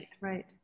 right